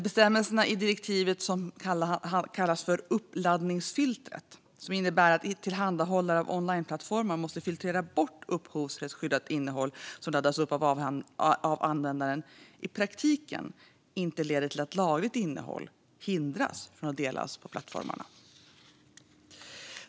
Bestämmelserna i direktivet som kallas uppladdningsfiltret, som innebär att tillhandahållare av onlineplattformar måste filtrera bort upphovsrättsskyddat innehåll som laddas upp av användare, får i praktiken inte leda till att lagligt innehåll hindras från att delas på plattformarna.